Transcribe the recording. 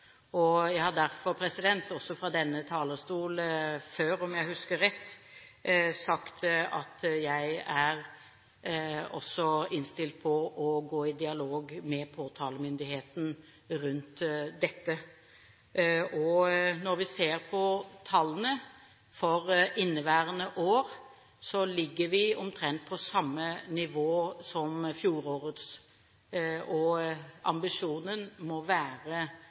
Jeg har derfor også før fra denne talerstolen – om jeg husker rett, sagt at jeg er innstilt på å gå i dialog med påtalemyndigheten rundt dette. Når vi ser på tallene for inneværende år, ligger vi omtrent på samme nivå som i fjor. Ambisjonen må være